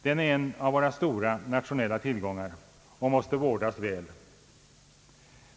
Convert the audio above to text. Den är en av våra stora nationella tillgångar och måste vårdas väl.